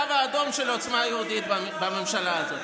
זה הקו האדום של עוצמה יהודית בממשלה הזאת.